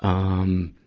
um,